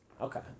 Okay